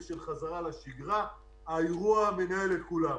של חזרה לשגרה האירוע מנהל את כולם.